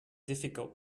difficult